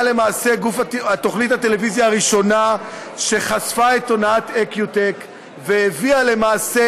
למעשה הראשונה שחשפה את הונאת "איקיוטק" והביאה למעשה